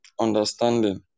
understanding